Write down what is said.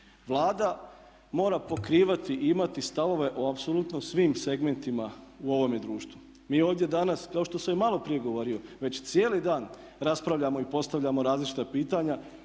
Vlada mora pokrivati i imati stavove o apsolutno svim segmentima u ovome društvu. Mi ovdje danas, kao što sam i maloprije govorio već cijeli dan raspravljamo i postavljamo različita pitanja,